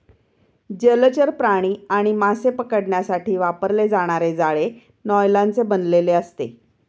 जलचर प्राणी आणि मासे पकडण्यासाठी वापरले जाणारे जाळे नायलॉनचे बनलेले असते